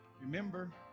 remember